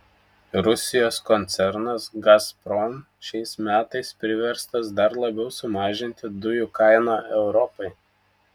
rusijos koncernas gazprom šiais metais priverstas dar labiau sumažinti dujų kainą europai